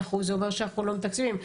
זה אומר שאנחנו לא מתקצבים.